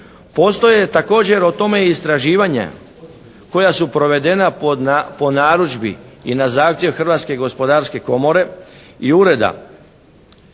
Postoje također o tome istraživanja koja su provedena po narudžbi i na zahtjev Hrvatske gospodarske komore i ureda